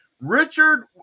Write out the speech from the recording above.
Richard